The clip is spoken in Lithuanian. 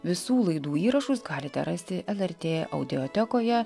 visų laidų įrašus galite rasti lrt audiotekoje